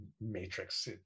matrix